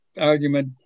argument